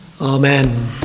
Amen